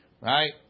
right